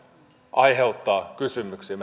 aiheuttaa kysymyksiä